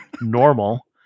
normal